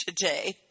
today